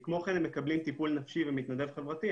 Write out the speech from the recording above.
כמו כן הם מקבלים טיפול נפשי ומתנדב חברתי,